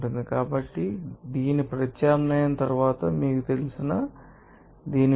కాబట్టి దీని ప్రత్యామ్నాయం తరువాత మీకు తెలుసు దీని విలువ